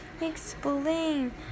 Explain